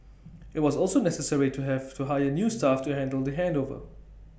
IT was also necessary to hear for to hire new staff to handle the handover